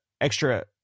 extra